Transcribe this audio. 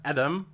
Adam